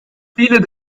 viele